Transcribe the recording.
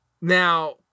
Now